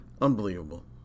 Unbelievable